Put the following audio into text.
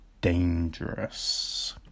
dangerous